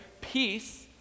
peace